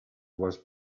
was